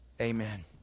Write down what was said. Amen